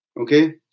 Okay